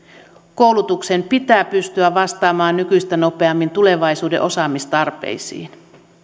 koulutuksen pitää pystyä vastaamaan nykyistä nopeammin tulevaisuuden osaamistarpeisiin